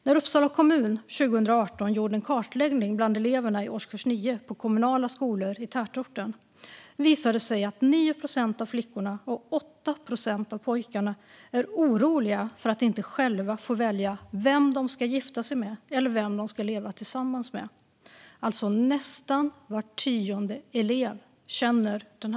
När Uppsala kommun 2018 gjorde en kartläggning bland eleverna i årskurs 9 på kommunala skolor i tätorten visade det sig att 9 procent av flickorna och 8 procent av pojkarna var oroliga för att inte själva få välja vem de ska gifta sig eller vem de ska leva tillsammans med. Alltså känner nästan var tionde elev denna oro.